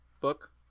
book